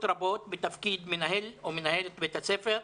רבות בתפקיד מנהל או מנהלת בית הספר,